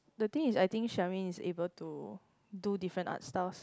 the thing is I think Charmaine is able to do different art stuffs